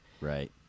right